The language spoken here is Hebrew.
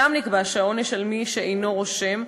שם נקבע שהעונש הוא על מי שאינו רושם,